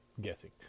guessing